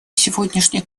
сегодняшних